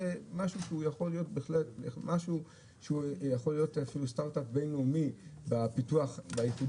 זה משהו שיכול להיות סטרטאפ בין-לאומי אפילו.